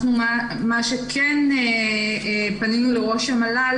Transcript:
מה שכן, פנינו לראש המל"ל